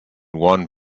one